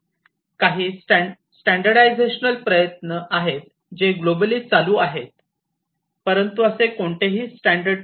काही स्टँडर्डायझेशन प्रयत्न आहेत जे ग्लोबलि चालू आहेत परंतु असे कोणतेही स्टँडर्ड नाही